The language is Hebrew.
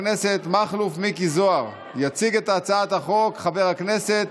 חברת הכנסת יעל רון בן משה, עברה בקריאה הזאת.